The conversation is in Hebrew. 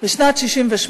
בשנת 1968,